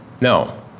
No